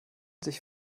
sich